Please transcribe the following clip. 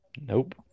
Nope